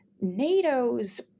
NATO's